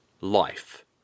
life